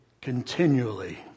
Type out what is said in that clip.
continually